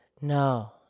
No